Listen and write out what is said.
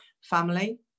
family